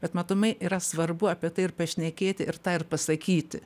bet matomai yra svarbu apie tai ir pašnekėti ir tą ir pasakyti